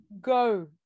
go